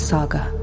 Saga